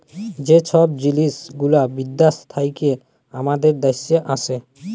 যে ছব জিলিস গুলা বিদ্যাস থ্যাইকে আমাদের দ্যাশে আসে